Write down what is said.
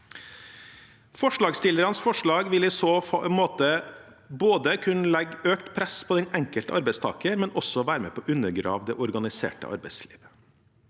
Forslagsstillernes forslag vil i så måte både kunne legge økt press på den enkelte arbeidstaker og også være med på å undergrave det organiserte arbeidslivet.